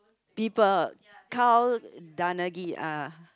people tell Karl-Donaghy